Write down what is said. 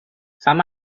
some